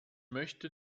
möchte